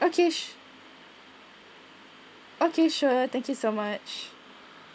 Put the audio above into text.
okay okay sure thank you so much